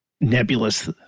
nebulous